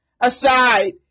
aside